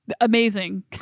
amazing